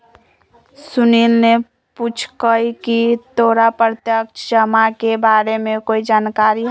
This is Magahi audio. सुनील ने पूछकई की तोरा प्रत्यक्ष जमा के बारे में कोई जानकारी हई